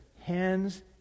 hands